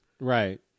Right